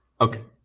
Okay